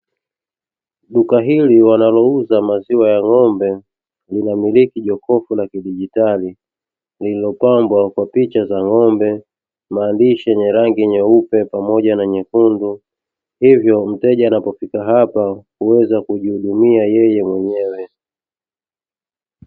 Duka hili wanalouza maziwa ya ng'ombe linamikiki jokofu la kidijitali lililopambwa kwa picha ya ng'ombe, maandishi yenye rangi nyeupe pamoja na nyekundu hivyo mteja anavyofika hapa huweza kujihudumia mwenyewe.